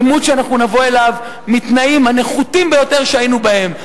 עימות שאנחנו נבוא אליו מהתנאים הנחותים ביותר שהיינו בהם.